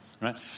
right